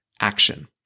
action